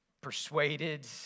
persuaded